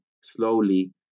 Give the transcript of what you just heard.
slowly